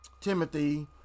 Timothy